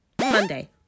Monday